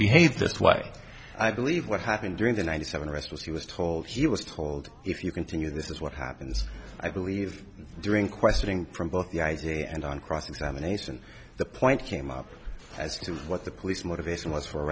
behave this way i believe what happened during the ninety seven arrest was he was told he was told if you continue this is what happens i believe during questioning from both the id and on cross examination the point came up as to what the police motivation was